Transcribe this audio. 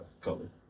color